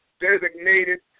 designated